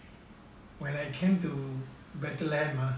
when I came to ah